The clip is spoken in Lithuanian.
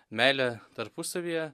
meilę tarpusavyje